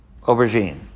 aubergine